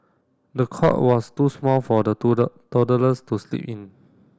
the cot was too small for the toddlers to sleep in